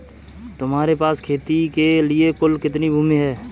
तुम्हारे पास खेती के लिए कुल कितनी भूमि है?